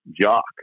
jock